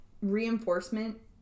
reinforcement